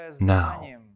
Now